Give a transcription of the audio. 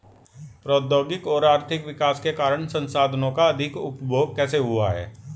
प्रौद्योगिक और आर्थिक विकास के कारण संसाधानों का अधिक उपभोग कैसे हुआ है?